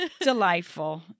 delightful